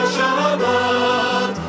Shabbat